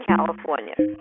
California